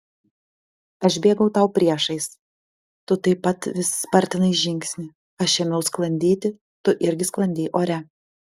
aš bėgau tau priešais tu taip pat vis spartinai žingsnį aš ėmiau sklandyti tu irgi sklandei ore